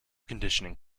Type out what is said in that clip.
conditioning